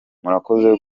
murakoze